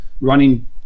running